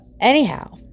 Anyhow